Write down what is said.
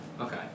Okay